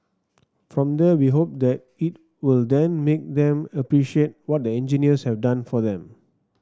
from there we hope that it will then make them appreciate what the engineers have done for them